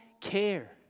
care